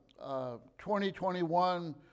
2021